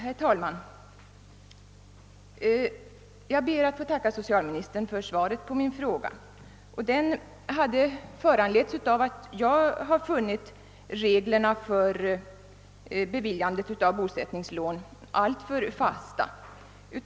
Herr talman! Jag ber att få tacka socialministern för svaret på min fråga. Den var föranledd av att jag har funnit reglerna för beviljandet av bosättningslån alltför fasta.